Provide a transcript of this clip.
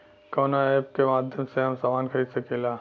कवना ऐपके माध्यम से हम समान खरीद सकीला?